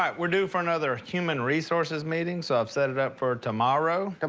um we're due for another human resources meeting. so i've set it up for tomorrow.